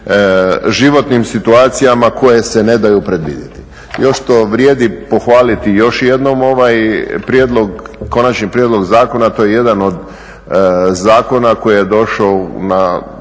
životnim situacijama koje se ne daju predvidjeti. Još vrijedi pohvaliti još jednom ovaj konačni prijedlog zakona, to je jedan od zakona koji je došao na